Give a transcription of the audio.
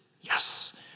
Yes